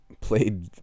played